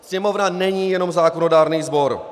Sněmovna není jenom zákonodárný sbor.